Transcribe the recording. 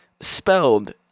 spelled